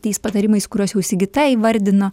tais patarimais kuriuos jau sigita įvardino